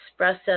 espresso